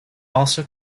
also